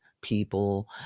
people